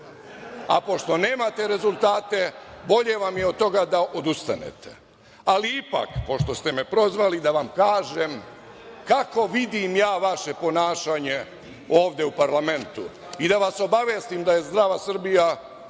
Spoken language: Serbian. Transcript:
Pošto nemate rezultate, bolje vam je da od toga odustanete. Pošto ste me prozvali, da vam kažem kako vidim ja vaše ponašanje ovde u parlamentu i da vas obavestim da je Zdrava Srbija